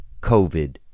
COVID